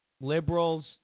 Liberals